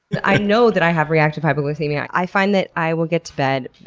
i know that i have reactive hypoglycemia. i i find that i will get to bed,